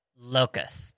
Locust